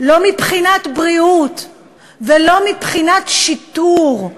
לא מבחינת בריאות ולא מבחינת שיטור,